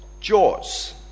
jaws